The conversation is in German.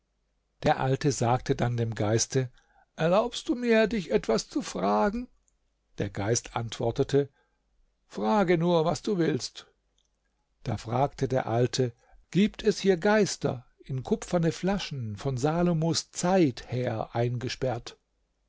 der alte sagte dann dem geiste erlaubst du mir dich etwas zu fragen der geist antwortete frage nur was du willst da fragte der alte gibt es hier geister in kupferne flaschen von salomos zeit her eingesperrt